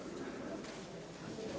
Hvala